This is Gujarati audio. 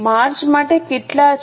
માર્ચ માટે કેટલા છે